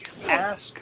Ask